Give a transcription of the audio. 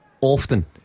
often